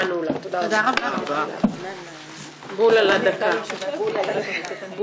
7 בפברואר 2018. אני מתכבד לפתוח את ישיבת הכנסת.